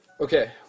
Okay